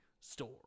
store